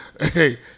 hey